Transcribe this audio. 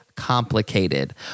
complicated